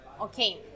Okay